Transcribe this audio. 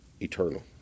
Eternal